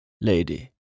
lady